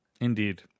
Indeed